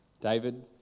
David